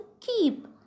keep